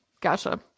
Gotcha